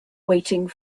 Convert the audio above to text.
waiting